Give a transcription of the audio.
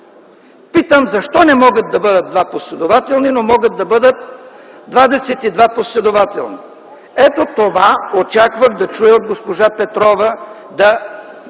Питам, защо не могат да бъдат два последователни, но могат да бъдат двадесет и два, но непоследователни? Ето това очаквах да чуя от госпожа Петрова да